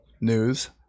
news